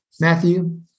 Matthew